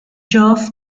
geoff